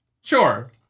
Sure